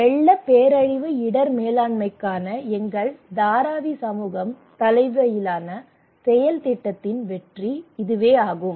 வெள்ள பேரழிவு இடர் மேலாண்மைக்கான எங்கள் தாராவி சமூகம் தலைமையிலான செயல் திட்டத்தின் வெற்றி இதுவாகும்